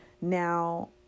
Now